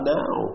now